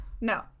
No